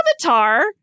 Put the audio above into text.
avatar